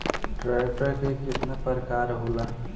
Tractor के केतना प्रकार होला?